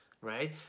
right